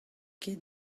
ket